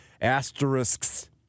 asterisks